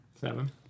Seven